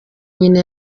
nyina